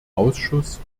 ausschuss